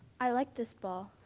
i like this ball.